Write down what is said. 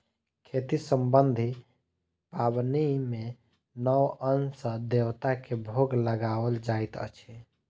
खेती सम्बन्धी पाबनि मे नव अन्न सॅ देवता के भोग लगाओल जाइत अछि